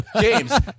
James